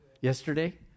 yesterday